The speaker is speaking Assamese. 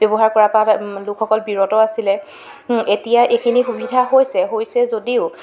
ব্যৱহাৰ কৰাৰ পৰা লোকসকল বিৰত আছিলে এতিয়া এইখিনি সুবিধা হৈছে হৈছে যদিও